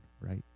right